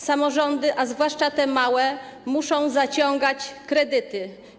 Samorządy, zwłaszcza te małe, muszą zaciągać kredyty.